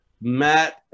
Matt